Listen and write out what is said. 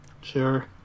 Sure